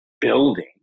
building